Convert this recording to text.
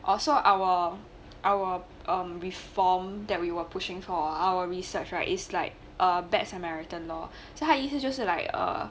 also our our um reform that we were pushing for our research right is like a bad samaritan law so 他的意思就是 like err